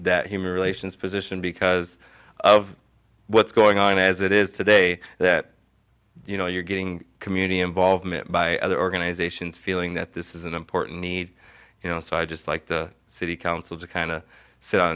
that human relations position because of what's going on as it is today that you know you're getting community involvement by other organizations feeling that this is an important need you know so i just like the city council to kind of sit